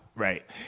Right